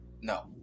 No